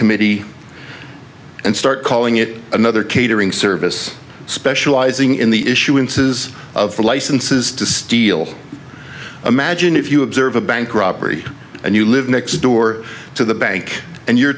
committee and start calling it another catering service specializing in the issuances of licenses to steal imagine if you observe a bank robbery and you live next door to the bank and you're